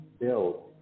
build